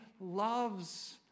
loves